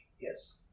Yes